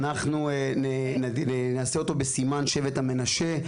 אנחנו נעשה אותו בסימן שבט המנשה,